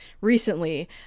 recently